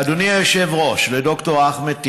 לאדוני היושב-ראש, לד"ר אחמד טיבי,